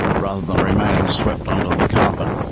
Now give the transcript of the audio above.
rather than remaining swept under the carpet.